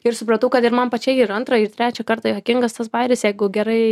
ir supratau kad ir man pačiai ir antrą ir trečią kartą juokingas tas bajeris jeigu gerai